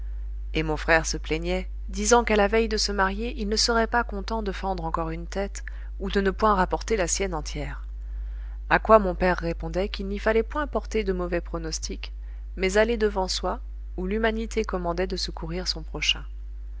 et mon frère se plaignait disant qu'à la veille de se marier il ne serait pas content de fendre encore une tête ou de ne point rapporter la sienne entière à quoi mon père répondait qu'il n'y fallait point porter de mauvais pronostics mais aller devant soi où l'humanité commandait de secourir son prochain